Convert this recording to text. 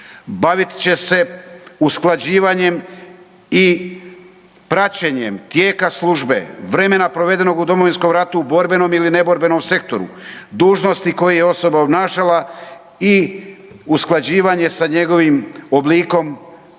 Bavit će se usklađivanjem i praćenjem tijeka službe, vremena provedenog u Domovinskom ratu, borbenom ili neborbenom sektoru, dužnosti koje je osoba obnašala i usklađivanje sa njegovim oblikom